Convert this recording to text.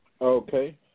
Okay